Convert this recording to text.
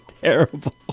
Terrible